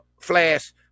Flash